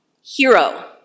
hero